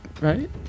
Right